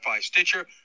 Stitcher